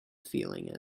feeling